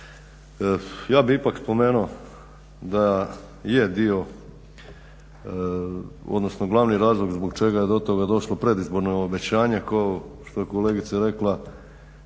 Ja bih ipak spomenuo da je dio odnosno glavni razlog zbog čega je do toga došlo predizborno obećanje kao što je kolegica rekla